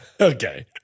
Okay